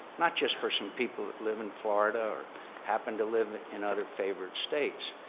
not just for some people that live in florida or happen to live in other favored states.